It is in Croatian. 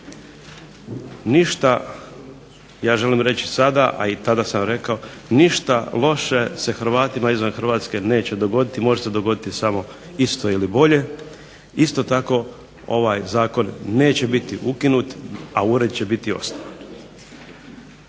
Ništa ja želim reći sada, a i tada sam rekao ništa loše se Hrvatima izvan Hrvatske neće se dogoditi, može se dogoditi isto ili bolje. Isto tako ovaj zakon neće biti ukinut, a ured će biti osnovan.